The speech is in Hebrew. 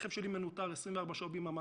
הרכב שלי מנוטר 24 שעות ביממה,